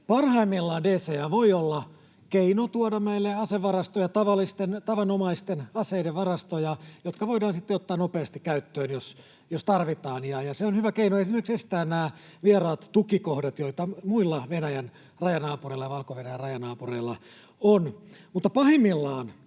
Parhaimmillaan DCA voi olla keino tuoda meille asevarastoja, tavanomaisten aseiden varastoja, jotka voidaan sitten ottaa nopeasti käyttöön, jos tarvitaan. Se on hyvä keino esimerkiksi estää nämä vieraat tukikohdat, joita muilla Venäjän rajanaapureilla ja Valko-Venäjän rajanaapureilla on.